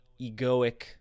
egoic